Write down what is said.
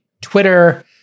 Twitter